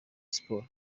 siporo